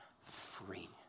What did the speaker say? free